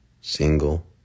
single